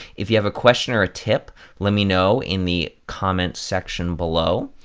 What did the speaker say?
if you have a question or a tip, let me know in the comments section below.